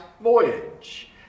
voyage